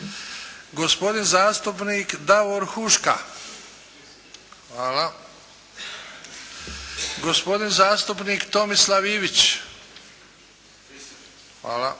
gospodin zastupnik Davor Huška, gospodin zastupnik Tomislav Ivić –